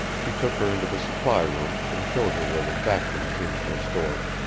he took her into the supply room and showed her where the vacuum tins were stored.